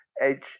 Edge